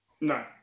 No